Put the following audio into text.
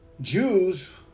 Jews